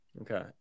Okay